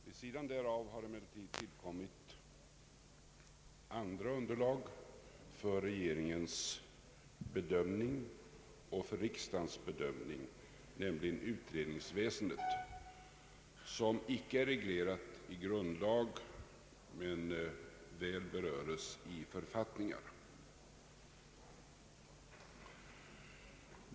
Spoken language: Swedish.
Vid sidan därav har emellertid tillkommit andra underlag för regeringens och för riksdagens bedömning, nämligen utredningsväsendet som icke är reglerat i grundlag men väl beröres i författningar.